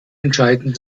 entscheiden